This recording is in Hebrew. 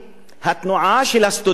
התנועה של הסטודנטים,